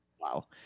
wow